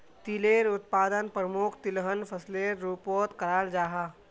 तिलेर उत्पादन प्रमुख तिलहन फसलेर रूपोत कराल जाहा